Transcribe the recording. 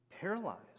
paralyzed